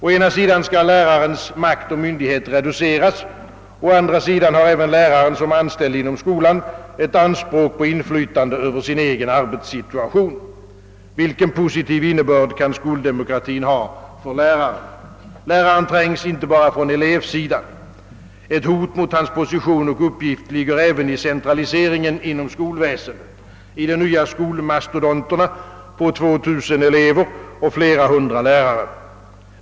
Å ena sidan skall lärarens makt och myndighet reduceras, å andra sidan har även läraren, som anställd inom skolan, ett anspråk på inflytande över sin egen arbetssituation. Vilken positiv innebörd kan skoldemokratin ha för läraren? Han trängs inte bara från elevsidan. Ett hot mot hans position och uppgift ligger även i centraliseringen inom skolväsendet i de nya skolmastodonterna på 2000 elever och flera hundra lärare.